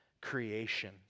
creation